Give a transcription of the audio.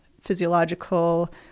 physiological